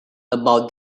about